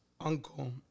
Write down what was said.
uncle